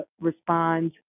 respond